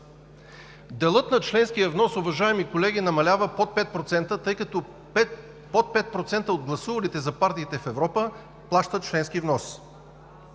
Делът на членския внос, уважаеми колеги, намалява под 5%, тъй като под 5% от гласувалите за партиите в Европа плащат членски внос.